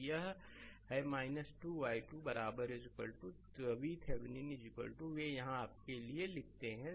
तो यह है 2 i2 बराबर है VThevenin वे यहाँ आपके लिए लिखते हैं